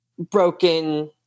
broken